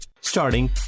Starting